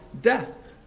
death